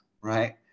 right